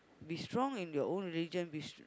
be strong in your own religion be